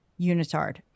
unitard